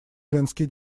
женский